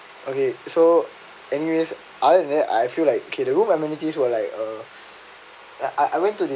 okay so anyways I then I feel like okay the room amenities were like uh I I went to the